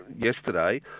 yesterday